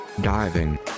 Diving